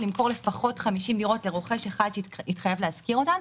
למכור לפחות 50 דירות לרוכש אחד שיתחייב להשכיר אותן,